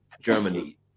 germany